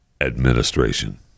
administration